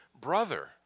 brother